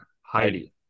Heidi